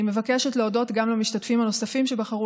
אני מבקשת להודות גם למשתתפים הנוספים שבחרו